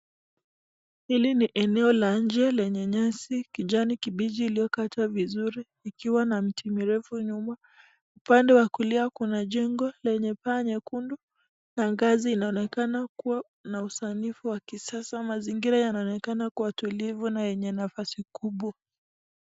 Hili ni eneo la nje lenye nyasi kijani kibichi iliyokatwa vizuri ikiwa na miti mirefu nyuma. Upande wa kulia kuna jengo lenye paa nyekundu na ngazi inaonekana kuwa na usanifu wa kisasa, mazingira yanaonekana kuwa tulivu na yenye nafasi kubwa.